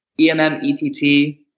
E-M-M-E-T-T